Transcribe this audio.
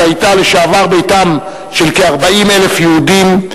שהיתה לשעבר ביתם של כ-40,000 יהודים,